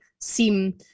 seem